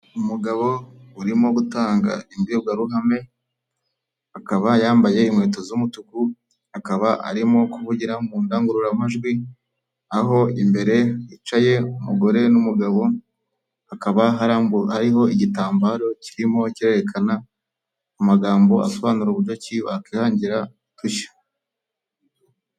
Umugabo urimo gutanga imbwirwaruhame, akaba yambaye inkweto z'umutuku, akaba arimo kuvugira mu ndangururamajwi, aho imbere hicaye umugore n'umugabo, hakaba harambuye/hariho igitambaro kirimo kirerekana amagambo asobanura uburyo ki wakwihangira udushya.